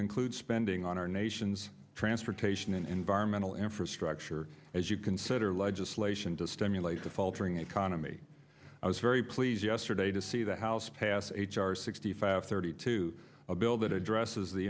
include spending on our nation's transportation and environmental infrastructure as you consider legislation to stimulate the faltering economy i was very pleased yesterday to see the house passed h r sixty five thirty two a bill that addresses the